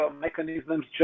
mechanisms